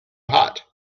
hot